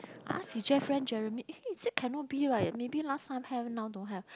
ask he friend Jeremy eh is it cannot be what maybe last time have now don't have